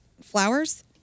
Flowers